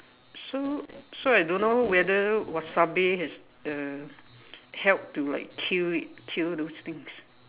so so I don't know whether wasabi has uh helped to kill it kill those things